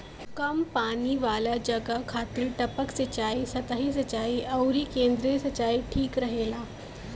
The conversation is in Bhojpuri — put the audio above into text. कम पानी वाला जगह खातिर टपक सिंचाई, सतही सिंचाई अउरी केंद्रीय सिंचाई ठीक रहेला